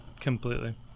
completely